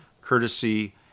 courtesy